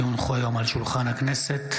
כי הונחו היום על שולחן הכנסת,